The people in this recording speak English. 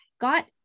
got